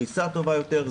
פריסה טובה יותר,